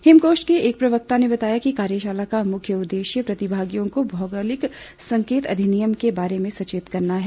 हिमकोष्ट के एक प्रवक्ता ने बताया कि कार्यशाला का मुख्य उद्देश्य प्रतिभागियों को भौगौलिक संकेत अधिनियम के बारे में सचेत करना है